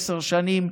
עשר שנים,